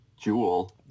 Jewel